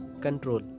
control